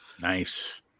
Nice